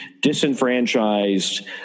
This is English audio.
disenfranchised